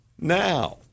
now